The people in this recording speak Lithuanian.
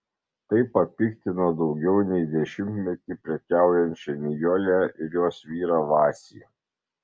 tai papiktino daugiau nei dešimtmetį prekiaujančią nijolę ir jos vyrą vacį